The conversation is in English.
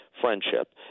friendship